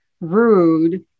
rude